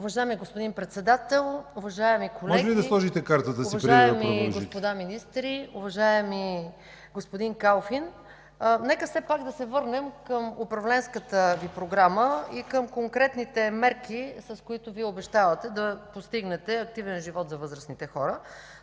Уважаеми господин Председател, уважаеми колеги, уважаеми господа министри! Уважаеми господин Калфин, нека все пак да се върнем към управленската Ви програма и към конкретните мерки, с които обещавате да постигнете активен живот за възрастните хора.